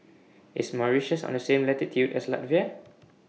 IS Mauritius on The same latitude as Latvia